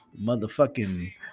motherfucking